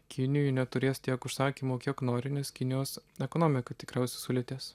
kinijoj neturės tiek užsakymų kiek nori nes kinijos ekonomika tikriausiai sulėtės